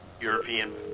European